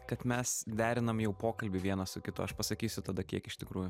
kad mes derinam jau pokalbį vienas su kitu aš pasakysiu tada kiek iš tikrųjų